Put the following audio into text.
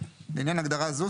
לעניין הגדרה זו,